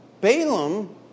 Balaam